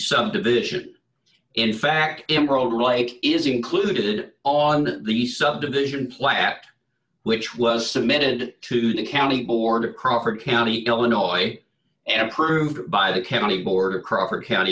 subdivision in fact emerald lake is included on the subdivision plaque which was submitted to the county board of crawford county illinois and approved by the county border crosser county